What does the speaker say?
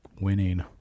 winning